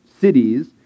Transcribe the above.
cities